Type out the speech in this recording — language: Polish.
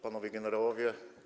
Panowie Generałowie!